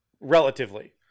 relatively